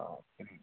okay